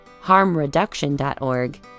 harmreduction.org